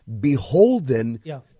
beholden